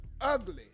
ugly